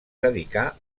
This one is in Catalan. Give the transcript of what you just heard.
dedicà